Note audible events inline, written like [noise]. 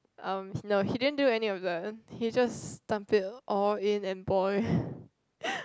um no he didn't do any of the he just dump it all in and boil [laughs]